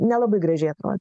nelabai gražiai atrodo